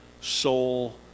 soul